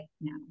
now